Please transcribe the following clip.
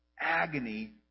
agony